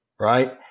right